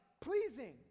pleasing